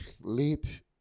late